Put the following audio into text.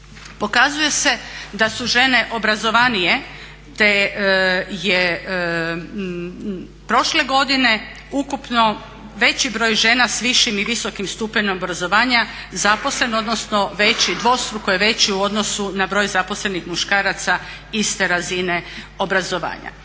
Pokazuje se da su žene obrazovanije te je prošle godine ukupno veći broj žena s višim i visokim stupnjem obrazovanja zaposleno odnosno dvostruko je veći u odnosu na broj zaposlenih muškaraca iste razine obrazovanja.